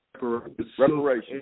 Reparation